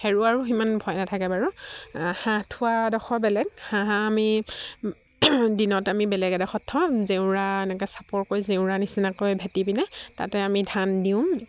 হেৰুৱাৰো সিমান ভয় নাথাকে বাৰু হাঁহ থোৱা এডোখৰ বেলেগ হাঁহ আমি দিনত আমি বেলেগ এডোখৰত থওঁ জেউৰা এনেকৈ চাপৰকৈ জেউৰা নিচিনাকৈ ভেটি পিনে তাতে আমি ধান দিওঁ